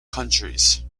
countries